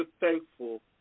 thankful